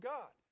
God